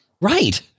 Right